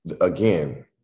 again